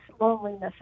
loneliness